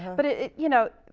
and but it, you know,